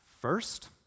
First